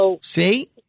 See